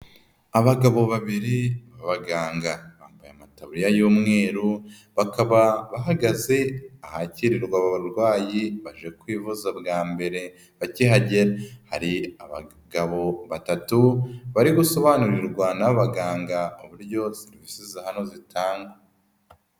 Abagabo babiri b'abaganga bambaye amataburiya y'umweru, bakaba bahagaze ahakirirwa aba barwayi baje kwivuza bwa mbere bakihagera, hari abagabo batatu bari gusobanurirwa n'abaganga uburyo sevisi za hano zitangwa.